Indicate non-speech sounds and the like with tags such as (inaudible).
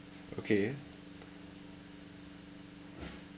okay (noise) (breath)